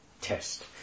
test